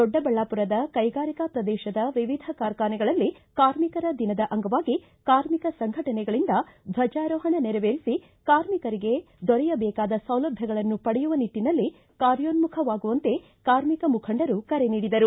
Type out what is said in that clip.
ದೊಡ್ಡಬಳ್ಳಾಮರದ ಕೈಗಾರಿಕಾ ಪ್ರದೇಶದ ವಿವಿಧ ಕಾರ್ಖಾನೆಗಳಲ್ಲಿ ಕಾರ್ಮಿಕರ ದಿನದ ಅಂಗವಾಗಿ ಕಾರ್ಮಿಕ ಸಂಘಟನೆಗಳಿಂದ ದ್ವಜಾರೋಹಣ ನೆರವೇರಿಸಿ ಕಾರ್ಮಿಕರಿಗೆ ದೊರೆಯಬೇಕಾದ ಸೌಲಭ್ಯಗಳನ್ನು ಪಡೆಯುವ ನಿಟ್ಟಿನಲ್ಲಿ ಕಾರ್ಯೋನ್ಮುಖವಾಗುವಂತೆ ಕಾರ್ಮಿಕ ಮುಖಂಡರು ಕರೆ ನೀಡಿದರು